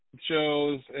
shows